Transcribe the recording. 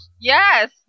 Yes